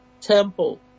temple